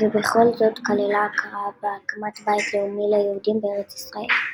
ובכל זאת כללה הכרה בהקמת "בית לאומי" ליהודים בארץ ישראל.